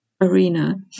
arena